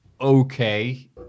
okay